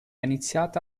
iniziata